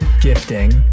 gifting